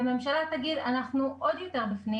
והממשלה תגיד: אנחנו עוד יותר בפנים